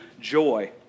joy